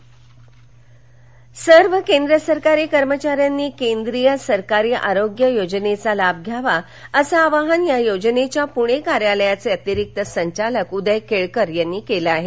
C G चि चि सर्व केंद्र सरकारी कर्मचाऱ्यांनी केंद्रीय सरकारी आरोग्य योजनेचा लाभ घ्यावा असं आवाहन या योजनेच्या पूणे कार्यालयाचे अतिरिक्त संचालक उदय केळकर यांनी केलं आहे